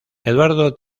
eduardo